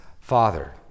father